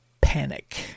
panic